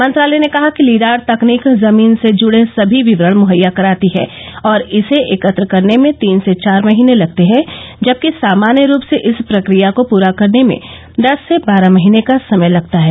मंत्रालय ने कहा कि लीडार तकनीक जमीन से जुड़े सभी विवरण मुहैया कराती है और इसे एकत्र करने में तीन से चार महीने लगते हैं जबकि सामान्य रूप से इस प्रक्रिया को पूरा करने में दस से बारह महीने का समय लगता हैं